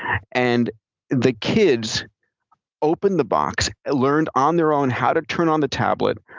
and the kids opened the box, learned on their own how to turn on the tablet,